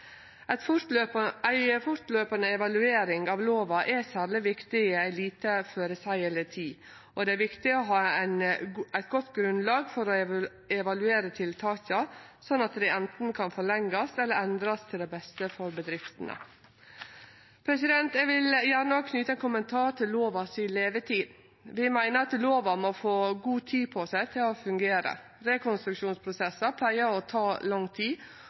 Ei fortløpande evaluering av lova er særleg viktig i ei lite føreseieleg tid, og det er viktig å ha eit godt grunnlag for å evaluere tiltaka, slik at dei anten kan forlengjast eller endrast til det beste for bedriftene. Eg vil gjerne òg knyte ein kommentar til levetida til lova. Vi meiner at lova må få god tid på seg til å fungere. Rekonstruksjonsprosessar pleier å ta lang tid,